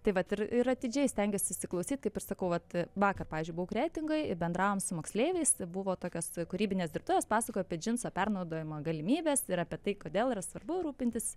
tai vat ir ir atidžiai stengiesi įsiklausyt kaip ir sakau vat vakar pavyzdžiui buvau kretingoj ir bendravom su moksleiviais buvo tokios kūrybinės dirbtuvės pasakojau apie džinso pernaudojimo galimybes ir apie tai kodėl yra svarbu rūpintis